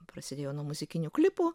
prasidėjo nuo muzikinių klipų